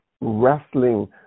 wrestling